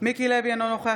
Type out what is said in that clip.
מיקי לוי,